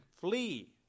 flee